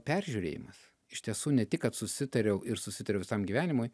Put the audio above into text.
peržiūrėjimas iš tiesų ne tik kad susitariau ir susitariau visam gyvenimui